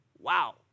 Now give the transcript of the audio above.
Wow